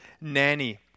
nanny